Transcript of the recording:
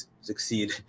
succeed